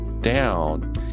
down